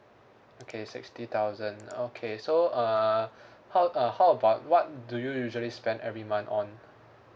okay sixty thousand okay so uh how uh how about what do you usually spend every month on